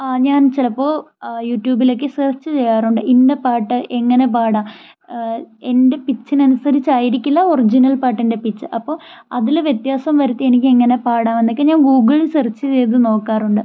ആ ഞാൻ ചിലപ്പോൾ യൂട്യൂബിലൊക്കെ സെർച്ച് ചെയ്യാറുണ്ട് ഇന്ന പാട്ട് എങ്ങനെ പാടാം എൻ്റെ പിച്ചിന് അനുസരിച്ചായിരിക്കില്ല ഒറിജിനൽ പാട്ടിൻ്റെ പിച്ച് അപ്പോൾ അതിൽ വ്യത്യാസം വരുത്തി എനിക്ക് എങ്ങനെ പാടാന്നൊക്കെ ഞാൻ ഗൂഗിളിൽ സെർച്ച് ചെയ്ത് നോക്കാറുണ്ട്